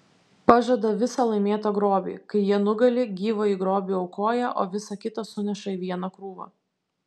pažada visą laimėtą grobį kai jie nugali gyvąjį grobį aukoja o visa kita suneša į vieną krūvą